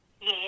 Yes